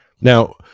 Now